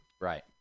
Right